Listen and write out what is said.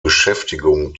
beschäftigung